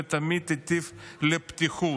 ותמיד הטיף לפתיחות.